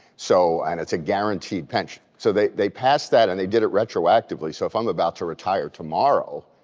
so and it's a guaranteed pension. so they they passed that and they did it retroactively. so if i'm about to retire tomorrow,